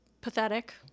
pathetic